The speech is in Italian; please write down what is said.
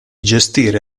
gestire